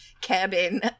cabin